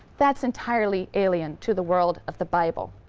that's entirely alien to the world of the bible.